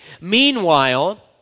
Meanwhile